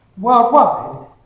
worldwide